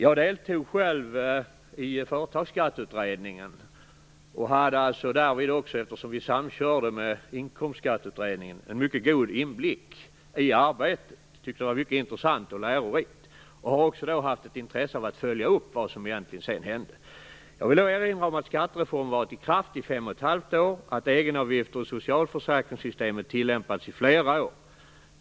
Jag deltog själv i Företagsskatteutredningen och hade därvid också, eftersom vi samkörde med Inkomstskatteutredningen, en mycket god inblick i arbetet, vilket var mycket intressant och lärorikt. Jag har också haft ett intresse av att följa upp vad som egentligen sedan hände. Jag vill erinra om att skattereformen varit i kraft i fem och ett halvt år och att egenavgifter i socialförsäkringssystemet tillämpats i flera år.